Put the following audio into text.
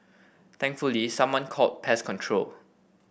thankfully someone called pest control